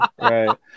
right